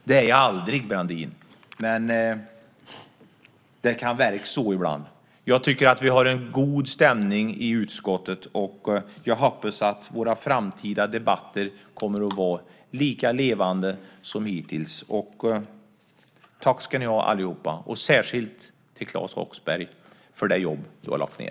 Det är jag aldrig, Brandin, men det kan verka så ibland. Jag tycker att vi har en god stämning i utskottet, och jag hoppas att våra framtida debatter kommer att vara lika levande som hittills. Tack ska ni ha allihopa, och särskilt till Claes Roxbergh för det jobb du har lagt ned.